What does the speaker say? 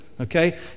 okay